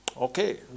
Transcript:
Okay